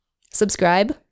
Subscribe